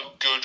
good